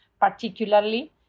particularly